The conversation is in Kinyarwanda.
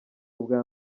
ubwa